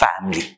family